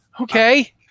Okay